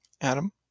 Adam